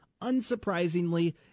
Unsurprisingly